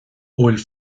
bhfuil